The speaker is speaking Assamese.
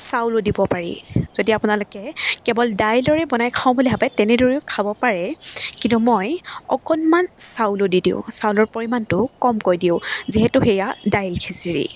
চাউলো দিব পাৰি যদি আপোনালোকে কেৱল দাইলৰে বনাই খাওঁ বুলি ভাবে তেনেদৰেও খাব পাৰে কিন্তু মই অকণমান চাউলো দি দিওঁ চাউলৰ পৰিমাণটো কমকৈ দিওঁ যিহেতু সেয়া দাইল খিচিৰি